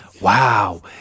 Wow